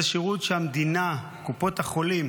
זה שירות המדינה שקופות החולים